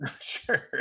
Sure